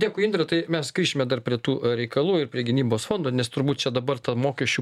dėkui indre tai mes grįšime dar prie tų reikalų ir prie gynybos fondo nes turbūt čia dabar ta mokesčių